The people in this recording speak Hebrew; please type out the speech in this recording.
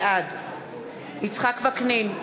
בעד יצחק וקנין,